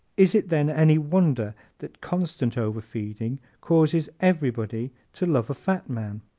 is it then any wonder that constant overfeeding causes everybody to love a fat man?